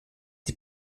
die